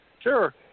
Sure